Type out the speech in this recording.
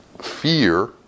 fear